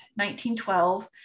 1912